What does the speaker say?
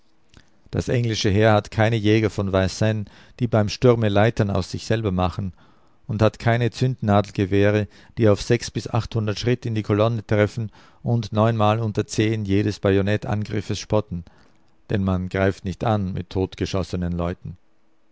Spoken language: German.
das englische heer hat keine jäger von vincennes die beim sturme leitern aus sich selber machen und hat keine zündnadelgewehre die auf bis schritt in die kolonne treffen und neunmal unter zehn jedes bajonettangriffes spotten denn man greift nicht an mit totgeschossenen leuten